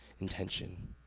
intention